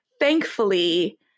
thankfully